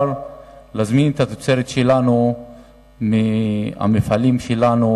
להזמין את התוצרת שלנו מהמפעלים שלנו,